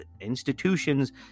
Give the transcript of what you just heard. institutions